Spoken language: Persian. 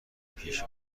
پیش